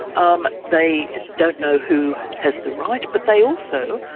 um they don't know who has the right, but they also,